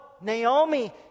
Naomi